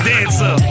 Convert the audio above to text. Dancer